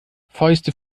fäuste